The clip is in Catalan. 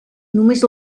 només